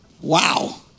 Wow